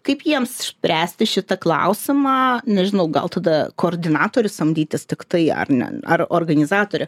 kaip jiems išspręsti šitą klausimą nežinau gal tada koordinatorių samdytis tiktai ar ne ar organizatorę